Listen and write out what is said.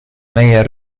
meie